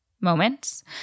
moments